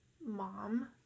mom